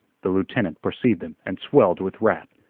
the lieutenant perceived them and swelled with wrath.